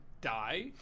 die